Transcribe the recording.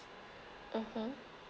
mmhmm